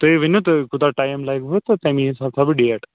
تُہۍ ؤنِو تۄہہِ کوٗتاہ ٹایِم لَگِوٕ تہٕ تَمی حِسابہٕ تھاو بہٕ ڈیٹ